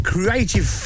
Creative